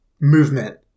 movement